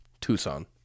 Tucson